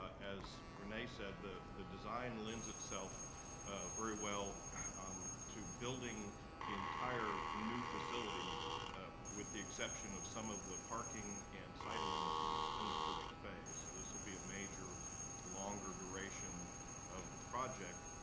as rene said, the the design lends itself very well um to building the entire new facility with the exception of some of the parking and site amenities in the first phase, so this will be a major longer duration of the project,